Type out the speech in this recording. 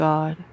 God